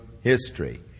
history